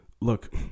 look